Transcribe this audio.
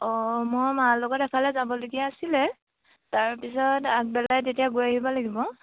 অঁ মই মাৰ লগত এফালে যাবলগীয়া আছিলে তাৰপিছত আগবেলাই তেতিয়া গৈ আহিব লাগিব